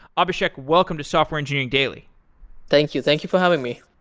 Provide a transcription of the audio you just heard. abhisheck, welcome to software engineering daily thank you. thank you for having me.